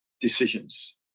decisions